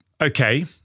Okay